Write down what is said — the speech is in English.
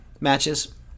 matches